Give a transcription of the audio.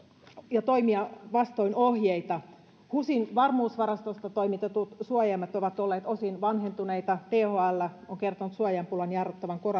ja toimimaan vastoin ohjeita husille varmuusvarastoista toimitetut suojaimet ovat olleet osin vanhentuneita thl on kertonut suojainpulan jarruttavan